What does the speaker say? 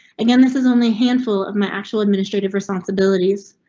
again, this is only a handful of my actual administrative responsibilities.